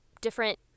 different